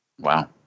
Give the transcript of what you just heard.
Wow